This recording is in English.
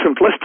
simplistic